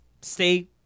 stay